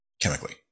chemically